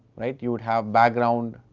right, you would have background,